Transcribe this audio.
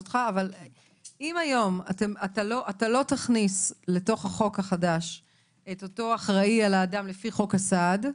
אם היום אתה לא תכניס לחוק החדש את אותו אחראי על האדם לפי חוק הסעד,